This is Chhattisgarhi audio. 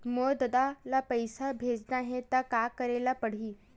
मोर ददा ल पईसा भेजना हे त का करे ल पड़हि?